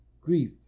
grief